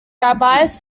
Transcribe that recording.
rabbis